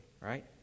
right